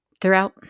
throughout